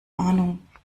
ahnung